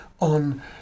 on